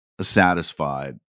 satisfied